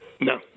No